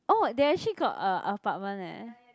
oh they actually got a apartment leh